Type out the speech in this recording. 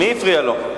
מי הפריע לו?